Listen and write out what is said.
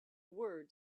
word